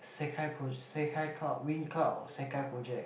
Sekai pro~ Sekai cloud wind cloud Sekai project